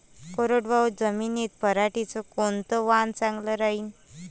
कोरडवाहू जमीनीत पऱ्हाटीचं कोनतं वान चांगलं रायीन?